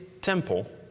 temple